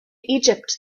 egypt